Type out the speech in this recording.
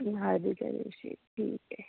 हळदीच्या दिवशी ठीक आहे